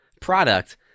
product